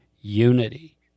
unity